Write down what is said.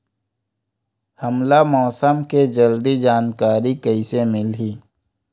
हमला मौसम के जल्दी जानकारी कइसे मिलही?